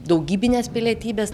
daugybinės pilietybes